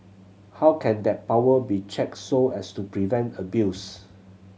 how can that power be checked so as to prevent abuse